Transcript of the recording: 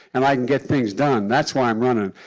and i can get things done. that's why i'm running.